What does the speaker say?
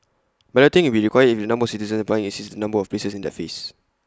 balloting will be required if the number of citizens applying exceeds the number of places in that phase